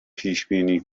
پیشبینی